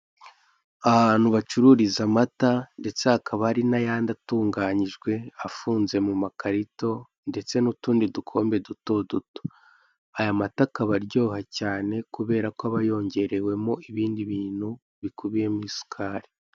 Ahantu bacururiza amata, ndetse hakaba hari n'ayandi atunganyijwe afunze mu makarito ndetse n'utundi dukombe duto duto, aya mata akaba aryoha cyane kubera ko aba yongerewemo ibindi bintu bikubiyemo isukari.